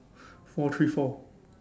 four three four